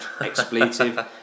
expletive